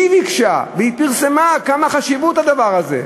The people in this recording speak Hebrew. היא ביקשה, והיא פרסמה כמה חשיבות יש לדבר הזה,